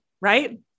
right